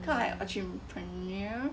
kind of like entrepreneur